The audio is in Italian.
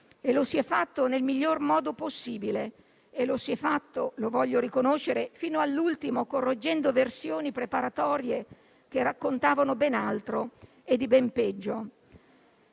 e lo si è fatto nel miglior modo possibile e lo si è fatto - lo voglio riconoscere - fino all'ultimo correggendo versioni preparatorie che raccontavano ben altro e di ben peggio.